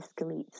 escalates